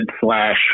slash